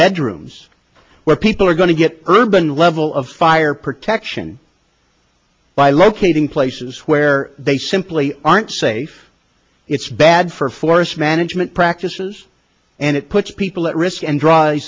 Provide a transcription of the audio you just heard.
bedrooms where people are going to get urban level of fire protection by locating places where they simply aren't safe it's bad for forest management practices and it puts people at risk and dr